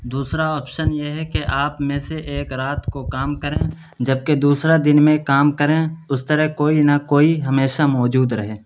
دوسرا آپشن یہ ہے کہ آپ میں سے ایک رات کو کام کریں جبکہ دوسرا دن میں کام کریں اس طرح کوئی نہ کوئی ہمیشہ موجود رہے